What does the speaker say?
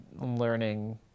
learning